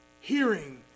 Hearing